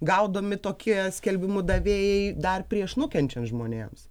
gaudomi tokie skelbimų davėjai dar prieš nukenčiant žmonėms